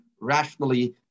rationally